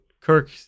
Kirk